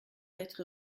être